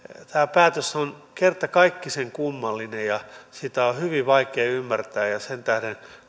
päätös on kertakaikkisen kummallinen ja sitä on hyvin vaikea ymmärtää sen tähden